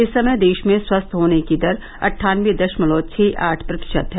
इस समय देश में स्वस्थ होने की दर अट्ठानबे दशमलव छह आठ प्रतिशत है